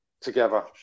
together